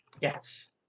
Yes